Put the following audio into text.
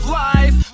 life